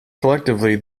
collectively